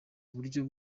uburyo